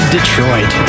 Detroit